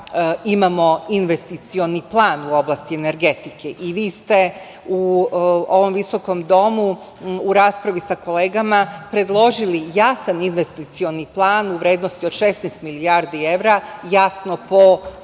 imamo investicioni plan u oblasti energetike. Vi ste u ovom visokom Domu u raspravi sa kolegama predložili jasan investicioni plan u vrednosti od 16 milijardi evra, jasno po oblastima.